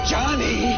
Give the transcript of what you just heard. Johnny